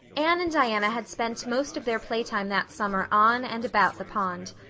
anne and diana had spent most of their playtime that summer on and about the pond.